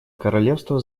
королевства